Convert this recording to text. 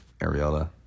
Ariella